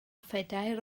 phedair